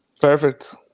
Perfect